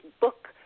book